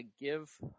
give